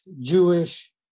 Jewish